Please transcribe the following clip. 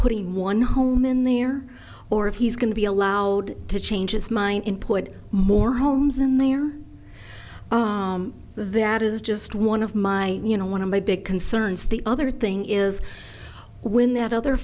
putting one home in there or if he's going to be allowed to change his mind in put more homes in there that is just one of my you know one of my big concerns the other thing is when that other